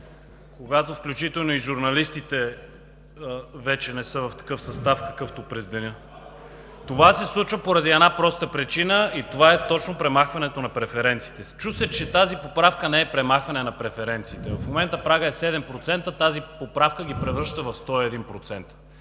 когато включително и журналистите вече не са в такъв състав, какъвто през деня. Това се случва поради една проста причина и това е точно премахването на преференциите. Чу се, че тази поправка не е премахване на преференциите. В момента прагът е 7%, тази поправка ги превръща в 101%.